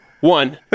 one